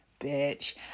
bitch